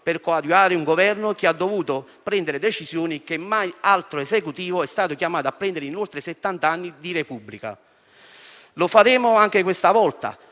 per coadiuvare un Governo che ha dovuto prendere decisioni che mai altro Esecutivo è stato chiamato ad assumere in oltre settanta anni di Repubblica. Lo faremo anche questa volta